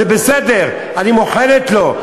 זה בסדר, אני מוחלת לו.